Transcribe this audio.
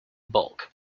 bulk